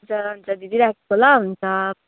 हुन्छ हुन्छ दिदी राख्छु ल हुन्छ